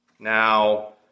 Now